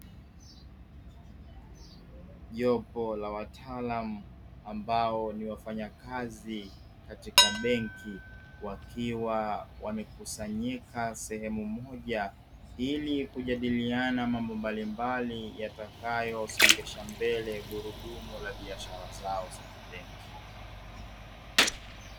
Jopo la wataalamu ambao ni wafanyakazi katika benki, wakiwa wamekusanyika sehemu moja, ili kujadiliana mambo mbalimbali, yatakayosongesha mbele gurudumu la biashara zao za kibenki.